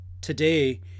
today